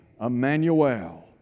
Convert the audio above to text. Emmanuel